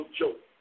joke